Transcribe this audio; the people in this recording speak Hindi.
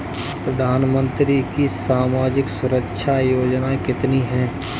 प्रधानमंत्री की सामाजिक सुरक्षा योजनाएँ कितनी हैं?